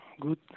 good